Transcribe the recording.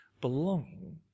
belonging